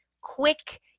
quick